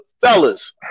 fellas